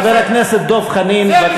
חבר הכנסת דב חנין, זה ביזוי.